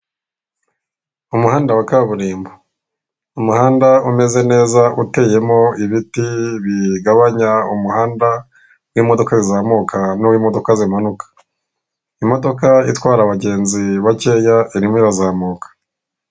Umuhanda wa kaburimbo umuhanda umeze neza uteyemo ibiti bigabanya umuhanda w'imodoka zizamuka n'uw'imodoka zimanuka. Imodoka itwara abagenzi bakeya irimo irazamuka.